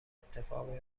اتفاقی